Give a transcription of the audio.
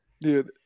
Dude